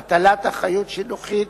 הטלת אחריות שילוחית